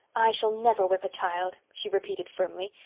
i shall never whip a child, she repeated firmly.